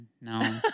No